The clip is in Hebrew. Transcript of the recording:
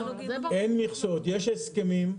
אין מכסות, יש הסכמים.